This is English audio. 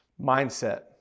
mindset